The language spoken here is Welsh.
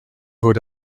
fod